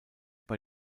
bei